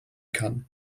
kann